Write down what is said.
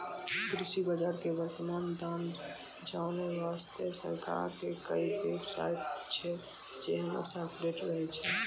कृषि बाजार के वर्तमान दाम जानै वास्तॅ सरकार के कई बेव साइट छै जे हमेशा अपडेट रहै छै